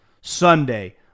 Sunday